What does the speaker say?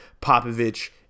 Popovich